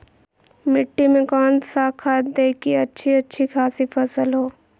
मिट्टी में कौन सा खाद दे की अच्छी अच्छी खासी फसल हो?